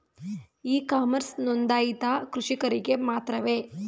E commerce ನೊಂದಾಯಿತ ಕೃಷಿಕರಿಗೆ ಮಾತ್ರವೇ?